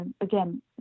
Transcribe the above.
again